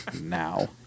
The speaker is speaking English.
now